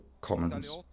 commons